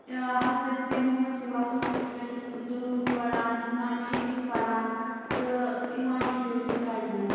حضرتِ محمد صلیٰ اللہ علیہِ وَسَلَمَس پٮ۪ٹھ دروٗد پَران نعتِ شریٖف پَران تہٕ یِوان چھُ جُلسہٕ کَڑنہٕ